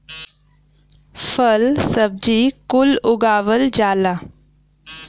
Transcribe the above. फल सब्जी कुल उगावल जाला